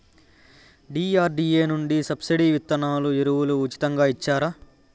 DRDA నుండి subsidy విత్తనాలు ఎరువులు ఉచితంగా ఇచ్చారా?